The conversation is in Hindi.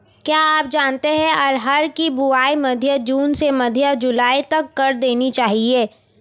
क्या आप जानते है अरहर की बोआई मध्य जून से मध्य जुलाई तक कर देनी चाहिये?